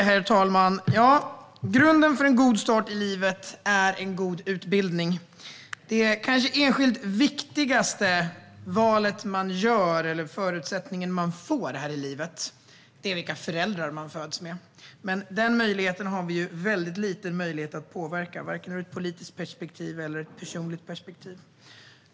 Herr talman! Grunden för en god start i livet är en god utbildning. Den kanske enskilt viktigaste förutsättningen man får här i livet är vilka föräldrar man har. Men detta har vi en mycket liten möjlighet att påverka, både ur ett politiskt perspektiv och ur ett personligt perspektiv.